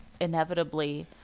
inevitably